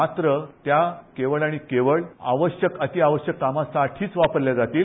मात्र त्या केवळ आणि केवळ आवश्यक अतीआवश्यक कामासाठीच वापरल्या जातील